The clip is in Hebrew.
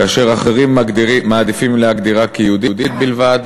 ואילו אחרים מעדיפים להגדירה כיהודית בלבד,